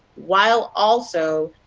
while also,